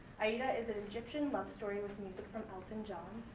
aida is an egyptian love story with music from elton john.